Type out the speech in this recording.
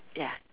ya